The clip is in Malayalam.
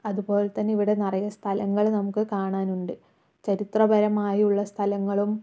അതുപോലെ തന്നെ ഇവിടെ നിറയെ സ്ഥലങ്ങൾ നമുക്ക് കാണാനുണ്ട് ചരിത്രപരമായുള്ള സ്ഥലങ്ങളും